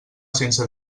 sense